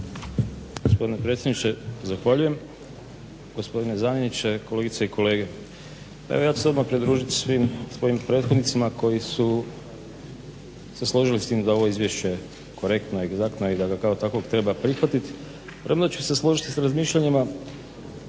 Gospodine predsjedniče zahvaljujem, gospodine zamjeniče, kolegice i kolege. Pa evo ja ću se odmah pridružiti svim svojim prethodnicima koji su se složili s tim da je ovo izvješće korektno, egzaktno i da ga kao takvog treba prihvatiti premda ću se složiti i s razmišljanjima